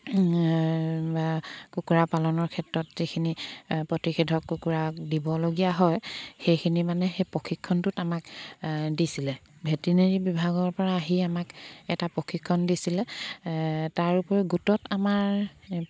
কুকুৰা পালনৰ ক্ষেত্ৰত যিখিনি প্ৰতিষেধক কুকুৰাক দিবলগীয়া হয় সেইখিনি মানে সেই প্ৰশিক্ষণটোত আমাক দিছিলে ভেটেনেৰি বিভাগৰ পৰা আহি আমাক এটা প্ৰশিক্ষণ দিছিলে তাৰোপৰি গোটত আমাৰ